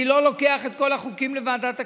אני לא לוקח את כל החוקים לוועדת הכספים.